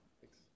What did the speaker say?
thanks